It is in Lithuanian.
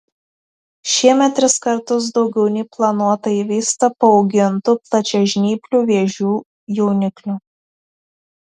šiemet tris kartus daugiau nei planuota įveista paaugintų plačiažnyplių vėžių jauniklių